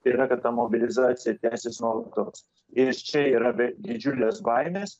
tai yra kad ta mobilizacija tęsis nuolatos ir čia yra be didžiulės baimės